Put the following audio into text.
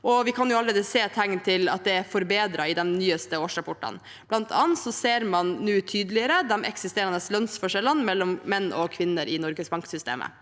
Vi kan allerede se tegn til at det er forbedret i de nyeste årsrapportene, bl.a. ser man nå tydeligere de eksisterende lønnsforskjellene mellom menn og kvinner i Norges Bank-systemet.